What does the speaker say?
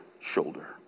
shoulder